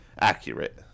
accurate